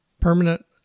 Permanent